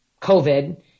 COVID